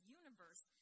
universe